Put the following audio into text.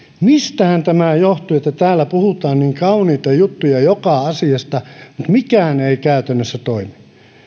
mistähän tämä johtuu että täällä puhutaan niin kauniita juttuja joka asiasta mutta mikään ei käytännössä toimi